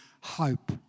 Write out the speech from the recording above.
hope